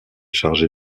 chargé